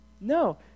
No